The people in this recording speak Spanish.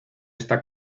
esta